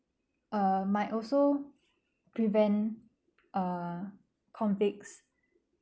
err might also prevent err convicts